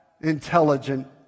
intelligent